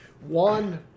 One